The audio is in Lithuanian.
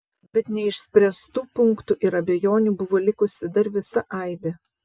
bet neišspręstų punktų ir abejonių buvo likusi dar visa aibė